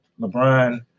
LeBron